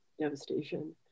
devastation